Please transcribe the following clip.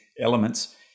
elements